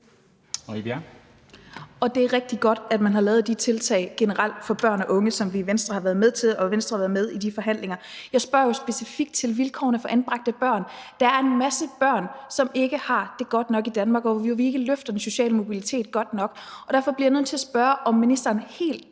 Det er rigtig godt, at man har lavet de tiltag, generelt, for børn og unge, som vi i Venstre har været med til at lave; Venstre har været med i de forhandlinger. Jeg spørger jo specifikt til vilkårene for anbragte børn. Der er en masse børn, som ikke har det godt nok i Danmark, og hvor vi ikke løfter den sociale mobilitet godt nok. Derfor bliver jeg nødt til at spørge, om ministeren helt ærligt